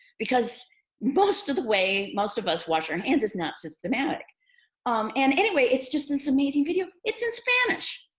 because most of the way most of us wash our and hands is not systematic and anyway, it's just this amazing video. it's in spanish.